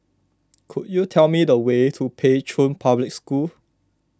could you tell me the way to Pei Chun Public School